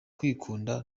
kwikunda